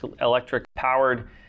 electric-powered